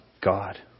God